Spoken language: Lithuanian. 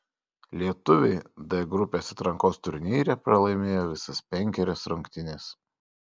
lietuviai d grupės atrankos turnyre pralaimėjo visas penkerias rungtynes